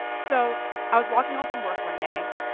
so i was walking home from work one day,